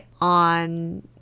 on